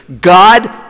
God